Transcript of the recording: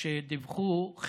כשדיווחו,